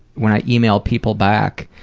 when i email people back,